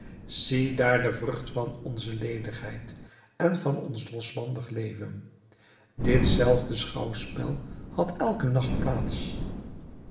zie daar de vrucht van onze ledigheid en van ons losbandig leven dit zelfde schouwspel had elken nacht plaats